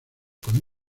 con